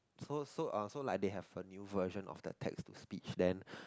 so so uh so like they have a new version of the text to speech then